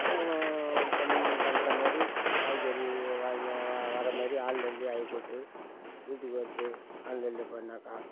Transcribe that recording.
பண் பண்ணுற மாதிரி காய்கறி வாங்கி வா வர மாதிரி ஆன்லைனில் ஆகிப்போச்சி வீட்டுக்கு வருது ஆன்லைனில் பண்ணிணாக்கா